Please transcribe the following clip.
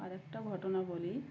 আরেকটা ঘটনা বলি